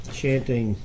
chanting